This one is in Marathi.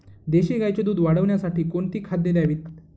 देशी गाईचे दूध वाढवण्यासाठी कोणती खाद्ये द्यावीत?